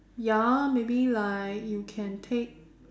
ya maybe like you can take